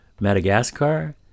Madagascar